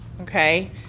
okay